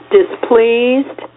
displeased